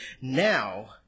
now